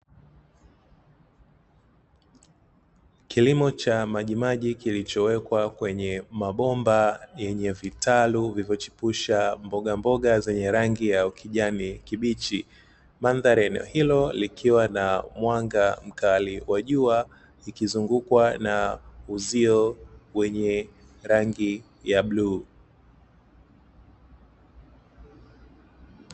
Kilimo cha majimaji kilichowekwa kwenye mabomba yenye vitalu vilivyochipusha mboga mboga zenye rangi ya kijani kibichi madhari eneo hilo likiwa na mwanga mkali wa jua ikizungukwa na uzio wenye rangi ya bluu.